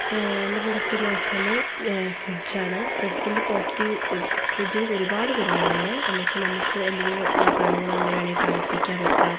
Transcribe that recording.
എൻ്റെ പ്രൊഡക്ട് എന്നു വച്ചാൽ ഫ്രിഡ്ജാണ് ഫ്രിഡ്ജിൻ്റെ പോസിറ്റീവ് ഫ്രിഡ്ജിന് ഒരുപാട് ഗുണങ്ങളുണ്ട് എന്നു വച്ചാൽ നമുക്ക് എന്തെങ്കിലും സാനങ്ങൾ എന്തെങ്കിലും വേണമെങ്കിൽ തണുപ്പിക്കാൻ വയ്ക്കാം